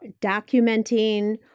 documenting